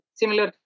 similar